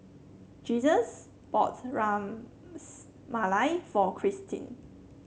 Jesus bought Rams Malai for Kristine